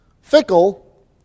Fickle